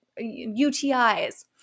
UTIs